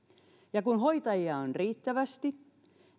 ja kun hoitajia on riittävästi